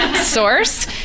source